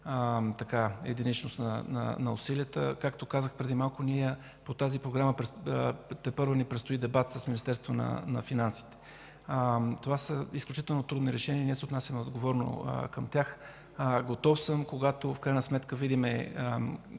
единичност на усилията. Както казах преди малко, по тази програма тепърва ни предстои дебат с Министерство на финансите. Това са изключително трудни решения и ние се отнасяме отговорно към тях. Готов съм, когато в крайна сметка видим